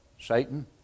Satan